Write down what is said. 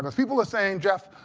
but people are saying, geoff,